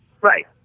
Right